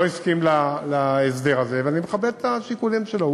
לא הסכים להסדר הזה, ואני מכבד את השיקולים שלו.